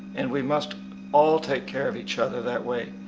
and we must all take care of each other that way.